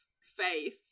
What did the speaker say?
faith